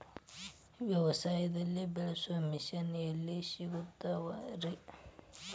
ವ್ಯವಸಾಯದಲ್ಲಿ ಬಳಸೋ ಮಿಷನ್ ಗಳು ಎಲ್ಲಿ ಸಿಗ್ತಾವ್ ರೇ?